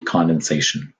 condensation